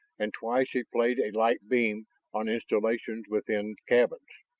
and twice he played a light beam on installations within cabins.